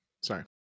Sorry